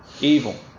Evil